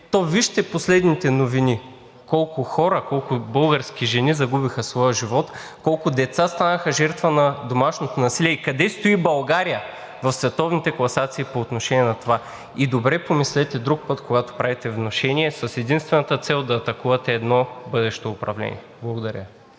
то вижте последните новини – колко хора, колко български жени загубиха своя живот, колко деца станаха жертва на домашното насилие и къде стои България в световните класации по отношение на това. И добре помислете друг път, когато правите внушение с единствената цел да атакувате едно бъдещо управление. Благодаря.